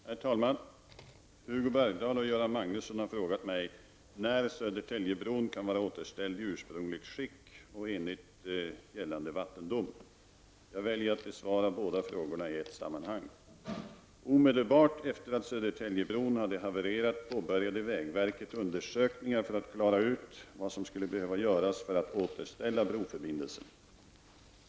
Herr talman! Hugo Bergdahl och Göran Magnusson har frågat mig när Södertäljebron kan vara återställd i ursprungligt skick och enligt gällande vattendom. Jag väljer att besvara båda frågorna i ett sammanhang. Omedelbart efter att Södertäljebron hade havererat påbörjade vägverket undersökningar för att klara ut vad som skulle behöva göras för att återställa broförbindelsen.